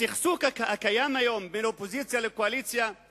הסכסוך הקיים היום בין האופוזיציה לקואליציה הוא